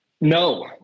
no